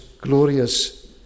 glorious